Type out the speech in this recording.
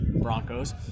Broncos